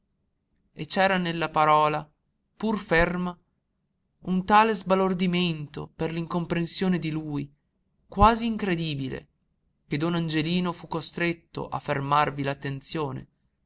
e c'era nella parola pur ferma un tale sbalordimento per l'incomprensione di lui quasi incredibile che don angelino fu costretto a fermarvi